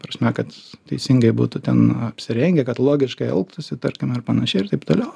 prasme kad teisingai būtų ten apsirengę kad logiškai elgtųsi tarkim ar panašiai ir taip toliau